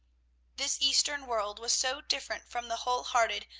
this eastern world was so different from the whole-hearted,